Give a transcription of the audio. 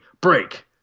break